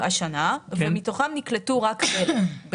ומתוכם נקלטו רק שבע.